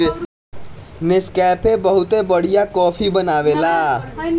Nescafe बहुते बढ़िया coffee बनावेला